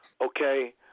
okay